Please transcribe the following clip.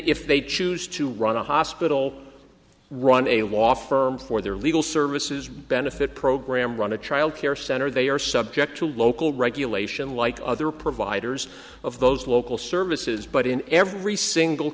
if they choose to run a hospital run a law firm for their legal services benefit program run a child care center they are subject to local regulation like other providers of those local services but in every single